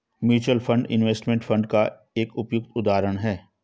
mutual fund investment fund का एक उपयुक्त उदाहरण है